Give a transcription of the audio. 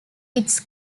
its